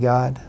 God